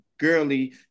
girly